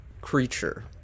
creature